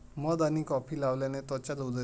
मध आणि कॉफी लावल्याने त्वचा उजळते